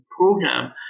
program